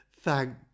Thank